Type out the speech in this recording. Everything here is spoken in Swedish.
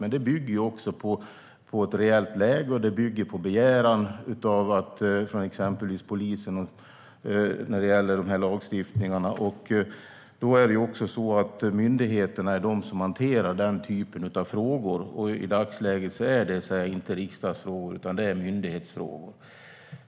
Men det bygger på ett reellt läge, och det bygger på begäran från exempelvis polisen när det gäller den här lagstiftningen. Det är myndigheterna som hanterar den typen av frågor. I dagsläget är det inte riksdagsfrågor utan myndighetsfrågor.